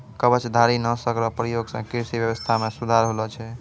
कवचधारी नाशक रो प्रयोग से कृषि व्यबस्था मे सुधार होलो छै